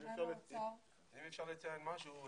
אם אפשר לציין משהו,